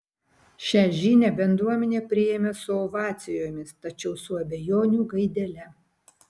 šia žinią bendruomenė priėmė su ovacijomis tačiau su abejonių gaidele